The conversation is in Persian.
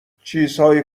چیزهای